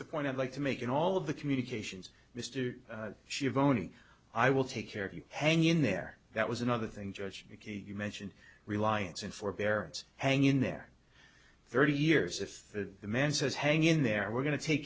the point i'd like to make in all of the communications mr shivani i will take care of you hang in there that was another thing judge you mention reliance and forbearance hang in there thirty years if the man says hang in there we're going to take